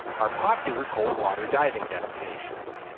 are popular cold water diving destinations.